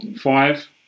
five